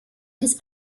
his